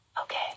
Okay